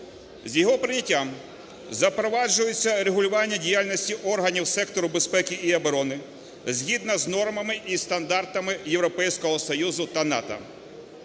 З його прийняттям запроваджується регулювання діяльності органів сектору безпеки і оборони згідно з нормами і стандартами Європейського Союзу та НАТО,